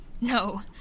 No